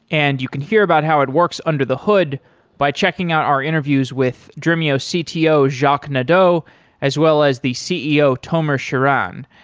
and you can hear about how it works under the hood by checking out our interviews with dremio cto, jacques nadeau as well, as the ceo, tomer shiran.